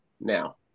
now